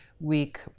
week